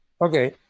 okay